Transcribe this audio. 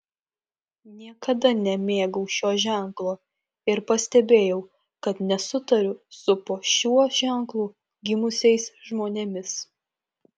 niekada nemėgau šio ženklo ir pastebėjau kad nesutariu su po šiuo ženklu gimusiais žmonėmis